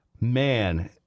man